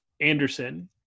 Anderson